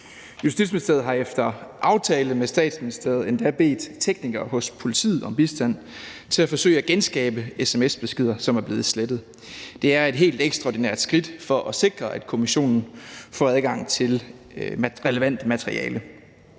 Justitsministeriet har efter aftale med Statsministeriet endda bedt teknikere hos politiet om bistand til at forsøge at genskabe sms-beskeder, som er blevet slettet. Det er et helt ekstraordinært skridt for at sikre, at kommissionen får adgang til relevant materiale.